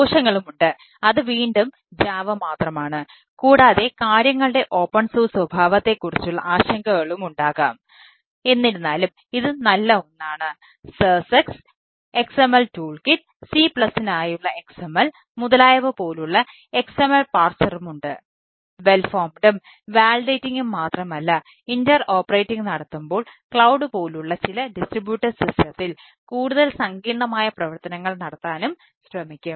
ദോഷങ്ങളുമുണ്ട് അത് വീണ്ടും JAVA മാത്രമാണ് കൂടാതെ കാര്യങ്ങളുടെ ഓപ്പൺ സോഴ്സ് കൂടുതൽ സങ്കീർണ്ണമായ പ്രവർത്തനങ്ങൾ നടത്താനും ശ്രമിക്കും